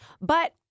But-